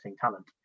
talent